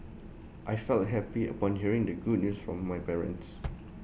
I felt happy upon hearing the good news from my parents